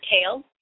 tail